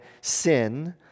sin